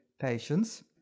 patients